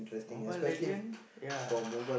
Mobile-Legend ya